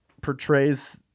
portrays